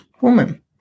woman